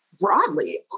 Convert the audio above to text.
broadly